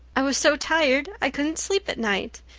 i was so tired i couldn't sleep at night.